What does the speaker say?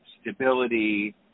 stability